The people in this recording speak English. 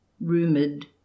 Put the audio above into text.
rumoured